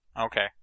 Okay